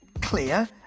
clear